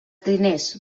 diners